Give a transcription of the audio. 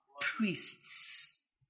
priests